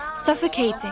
suffocating